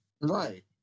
Right